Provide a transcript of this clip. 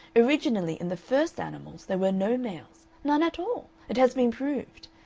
originally in the first animals there were no males, none at all. it has been proved.